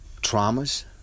traumas